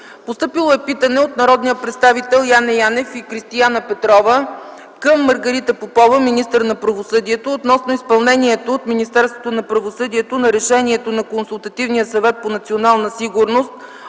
март 2010 г. Питане от народните представители Яне Георгиев Янев и Кристияна Методиева Петрова към Маргарита Попова, министър на правосъдието, относно изпълнението от Министерството на правосъдието на Решението на Консултативния съвет по национална сигурност